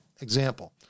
example